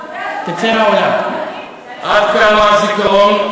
עד כמה הזיכרון,